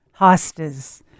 hostas